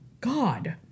God